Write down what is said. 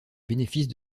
bénéfice